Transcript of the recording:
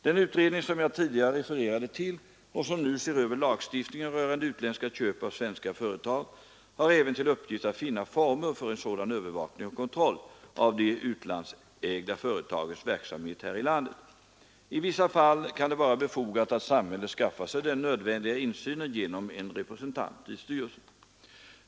Den utredning som jag tidigare refererade till och som nu ser Över lagstiftningen rörande utländska köp av svenska företag har även till uppgift att finna former för en sådan övervakning och kontroll av de utlandsägda företagens verksamhet här i landet. I vissa fall kan det vara befogat att samhället skaffar sig den nödvändiga insynen genom en representant i styrelsen.